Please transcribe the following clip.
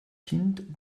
kind